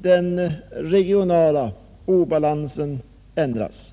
den regionala obalansen ändras.